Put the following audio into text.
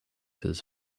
his